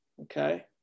okay